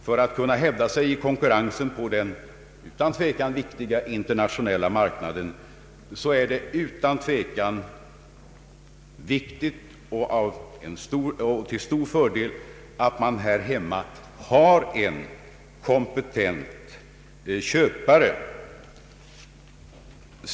För att kunna hävda sig i konkurrensen på den utan tvekan viktiga internationella marknaden är det till stor fördel att här hemma ha en kompetent köpare.